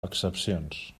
excepcions